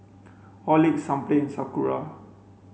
Horlicks Sunplay Sakura